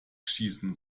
schießen